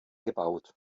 gebaut